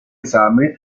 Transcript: esame